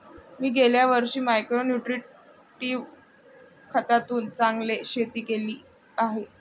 मी गेल्या वर्षी micro nutritive खतातून चांगले शेती केली आहे